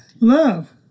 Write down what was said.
Love